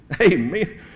Amen